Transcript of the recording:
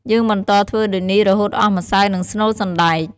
យើងបន្តធ្វើដូចនេះ រហូតអស់ម្សៅ និងស្នូលសណ្ដែក។